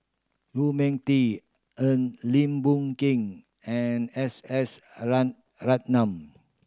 Lu Ming Teh Earl Lim Boon Keng and S S a rat a Ratnam